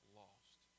lost